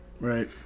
Right